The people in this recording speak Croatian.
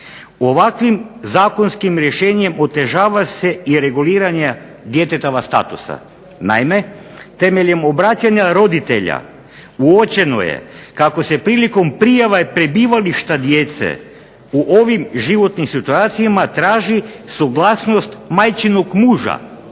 ovakvim zakonskim rješenjem otežava se i reguliranje djetetova statusa. Naime, temeljem obraćanja roditelja uočeno je kako se prilikom prijava prebivališta djece u ovim životnim situacijama traži suglasnost majčinog muža